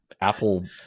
apple